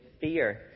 fear